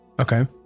Okay